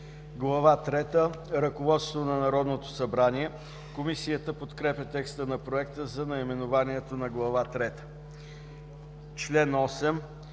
трета – Ръководство на Народното събрание. Комисията подкрепя текста на Проекта за наименованието на Глава трета. Член 8